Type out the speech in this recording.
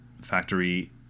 factory